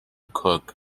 cooke